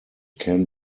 can